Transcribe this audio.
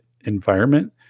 environment